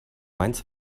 mainz